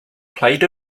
played